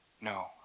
no